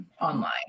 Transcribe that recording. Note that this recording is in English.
online